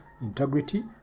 integrity